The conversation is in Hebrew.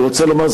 אני רוצה לומר,